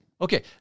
Okay